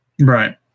Right